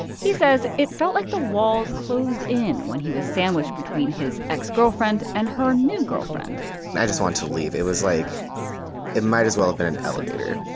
he says it felt like the walls closed in when he was sandwiched between his ex-girlfriend and her new girlfriend i just wanted to leave. it was like it might as well have been an elevator.